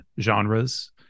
genres